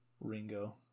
Ringo